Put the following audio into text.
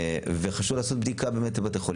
כפי שאמרתי, חשוב לעשות בדיקה בבתי חולים